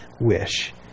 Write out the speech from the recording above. wish